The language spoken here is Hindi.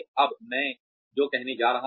अब मैं जो कहने जा रहा हूं